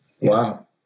Wow